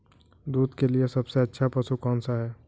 दूध के लिए सबसे अच्छा पशु कौनसा है?